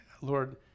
Lord